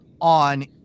on